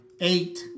Eight